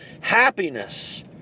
Happiness